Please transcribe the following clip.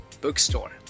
bookstore